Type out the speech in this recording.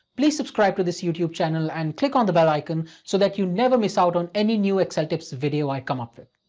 please subscribe to this youtube channel and click on the bell icon so that you never miss out on any new excel tips video i come up with.